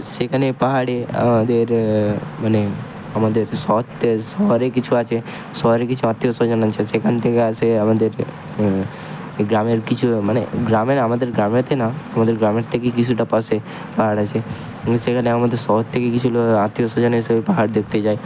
সেইখানে পাহাড়ে আমাদের মানে আমাদের মানে আমাদের শহরতে শহরে কিছু আছে শহরে কিছু আত্মীয় স্বজন আছে সেখান থেকে আসে আমাদের এ গ্রামের কিছু মানে গ্রামের আমাদের গ্রামেতে না আমাদের গ্রামের থেকে কিছুটা পাশে পাহাড় আছে এবং সেখানটা আমাদের শহর থেকে কিছু আত্মীয় স্বজন এসে ও পাহাড় দেখতে যায়